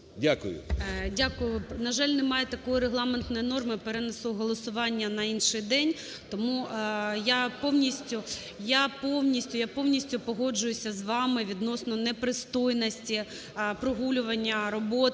Дякую. На жаль, немає такої регламентної норми - переносу голосування на інший день, тому я повністю погоджуюся з вами відносно непристойності прогулювання роботи